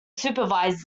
supervise